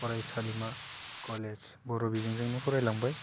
फरायसालिमा कलेज बर' बिजोंजोंनो फरायलांबाय